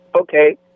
Okay